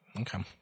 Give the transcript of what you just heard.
okay